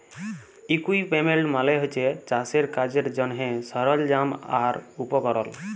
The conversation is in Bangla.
ইকুইপমেল্ট মালে হছে চাষের কাজের জ্যনহে সরল্জাম আর উপকরল